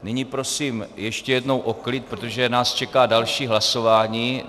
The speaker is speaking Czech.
Nyní prosím ještě jednou o klid, protože nás čeká další hlasování.